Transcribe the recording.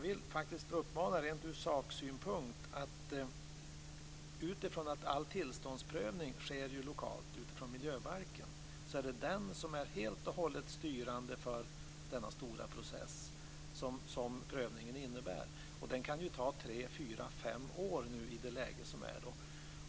En ren saksynpunkt är att all tillståndsprövning sker lokalt utifrån miljöbalken. Det är den som helt och hållet är styrande för den stora process som prövningen innebär. Den kan ta tre fyra fem år i det läge som nu råder.